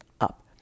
Up